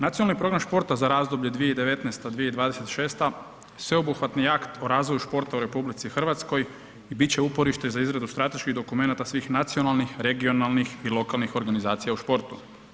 Nacionalni program športa za razdoblje 2019. – 2026. sveobuhvatni akt o razvoju športa u RH i bit će uporište za izradu strateških dokumenata svih nacionalnih, regionalnih i lokalnih organizacija u športu.